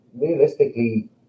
realistically